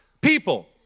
people